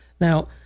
Now